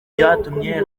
byatumye